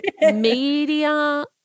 media